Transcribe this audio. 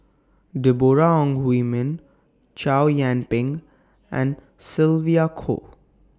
Deborah Ong Hui Min Chow Yian Ping and Sylvia Kho